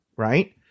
Right